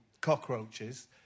cockroaches